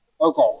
Okay